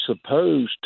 supposed